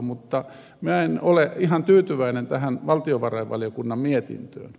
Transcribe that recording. mutta minä en ole ihan tyytyväinen tähän valtiovarainvaliokunnan mietintöön